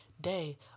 day